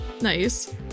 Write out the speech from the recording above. Nice